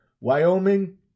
Wyoming